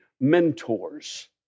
mentors